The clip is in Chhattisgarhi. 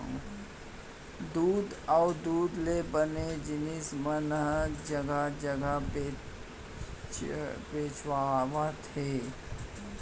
दूद अउ दूद ले बने जिनिस मन ह जघा जघा बेचावत हे